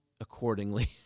accordingly